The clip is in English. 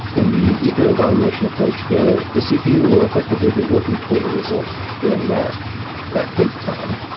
in the eager evaluation approach, the the cpu will effectively be working toward a result during that that think time